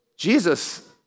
Jesus